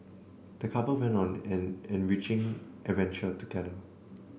the couple went on an enriching adventure together